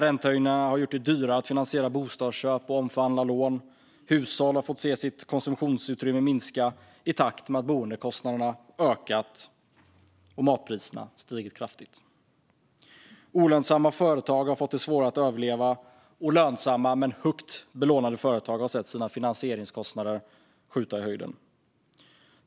Räntehöjningarna har gjort det dyrare att finansiera bostadsköp och omförhandla lån. Hushåll har fått se sitt konsumtionsutrymme minska i takt med att boendekostnaderna har ökat och matpriserna stigit kraftigt. Olönsamma företag har fått det svårare att överleva, och lönsamma men högt belånade företag har sett sina finansieringskostnader skjuta i höjden.